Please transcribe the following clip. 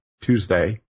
Tuesday